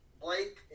Blake